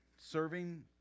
serving